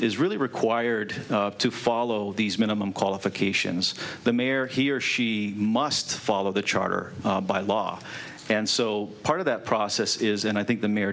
is really required to follow these minimum qualifications the mayor he or she must follow the charter by law and so part of that process is and i think the mayor